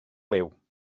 liw